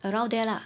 around there lah